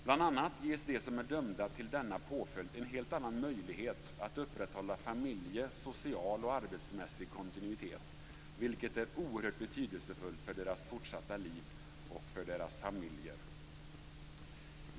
Bl.a. ges de som är dömda till denna påföljd en helt annan möjlighet att upprätthålla familjekontinuitet, social och arbetsmässig kontinuitet, vilket är oerhört betydelsefullt för deras fortsatta liv och för deras familjer.